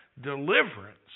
deliverance